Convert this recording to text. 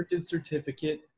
certificate